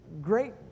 great